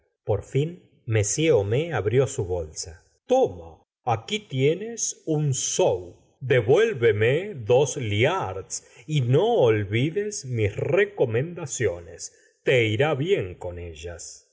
por fin m homais abrió su bolsa toma aquí tienes u p sou devuélveme dos gustavo flaubert liards y no olvides mis recomendaciones te irá bien con ellas